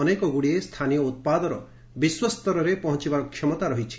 ଅନେକଗୁଡ଼ିଏ ସ୍ଥାନୀୟ ଉତ୍ପାଦର ବିଶ୍ୱସ୍ତରରେ ପହଞ୍ଚବାର କ୍ଷମତା ରହିଛି